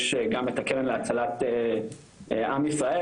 יש גם את הקרן להצלת עם ישראל,